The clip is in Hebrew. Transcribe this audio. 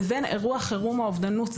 לבין אירוע חירום או אובדנות.